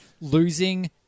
Losing